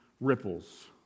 ripples